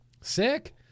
Sick